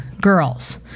girls